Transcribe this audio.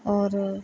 ਔਰ